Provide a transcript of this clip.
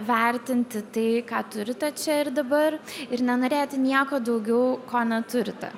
vertinti tai ką turite čia ir dabar ir nenorėti nieko daugiau ko neturite